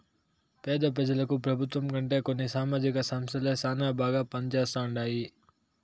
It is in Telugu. పేద పెజలకు పెబుత్వం కంటే కొన్ని సామాజిక సంస్థలే శానా బాగా పంజేస్తండాయి